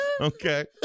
Okay